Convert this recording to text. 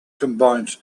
combines